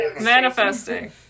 manifesting